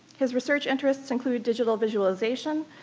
his research interests include digital visualization,